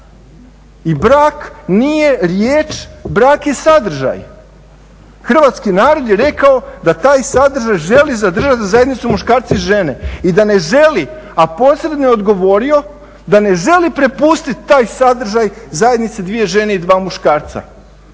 I brak nije riječ, brak je sadržaj. Hrvatski narod je rekao da taj sadržaj želi zadržati za zajednicu muškarca i žene i da ne želi, a posebno je odgovorio da ne želi prepustiti taj sadržaj zajednici dvije žene i dva muškarca.